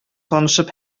танышып